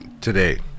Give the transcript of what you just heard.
Today